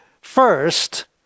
first